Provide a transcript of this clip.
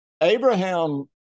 Abraham